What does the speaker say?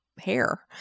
hair